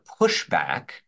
pushback